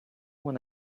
when